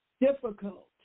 difficult